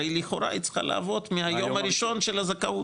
הרי לכאורה היא צריכה לעבוד מהיום הראשון של הזכאות,